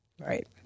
Right